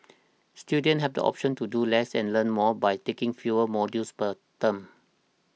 students have the option to do less and learn more by taking fewer modules per term